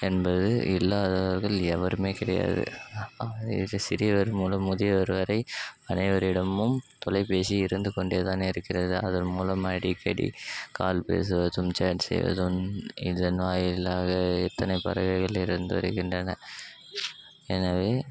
என்பது இல்லாதவர்கள் எவருமே கிடையாது இது சிறியவர் முதல் முதியவர் வரை அனைவரிடமும் தொலைபேசி இருந்துக்கொண்டே தான் இருக்கிறது அதன் மூலம் அடிக்கடி கால் பேசுவதும் சேட் செய்வதும் இதன் வாயிலாக இத்தனை பறவைகள் இறந்த வருகின்றன எனவே